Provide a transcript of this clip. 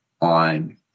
On